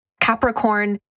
Capricorn